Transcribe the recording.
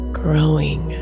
growing